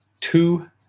two